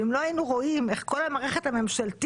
ואם לא היינו רואים איך כל המערכת הממשלתית,